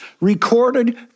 recorded